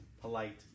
polite